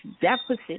deficit